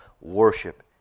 worship